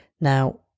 Now